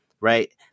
right